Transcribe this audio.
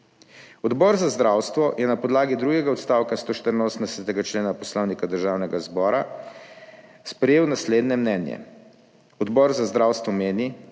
Odbor za zdravstvo je na podlagi drugega odstavka 184. člena Poslovnika Državnega zbora sprejel naslednje mnenje: odbor za zdravstvo meni,